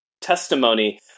testimony